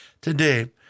today